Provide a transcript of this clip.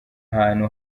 hantu